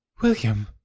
William